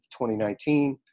2019